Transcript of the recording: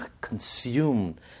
consumed